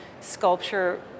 sculpture